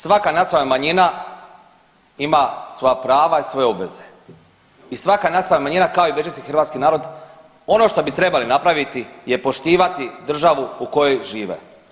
Svaka nacionalna manjina ima svoja prava i svoje obveze i svaka nacionalna manjina kao i većinski hrvatski narod ono što bi trebali napraviti je poštivati državu u kojoj žive.